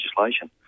legislation